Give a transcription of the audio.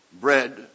bread